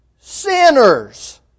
sinners